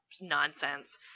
nonsense